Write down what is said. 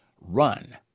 run